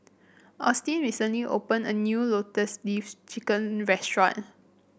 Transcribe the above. Austyn recently opened a new Lotus Leaf Chicken restaurant